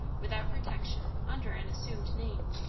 without protection, under an assumed name.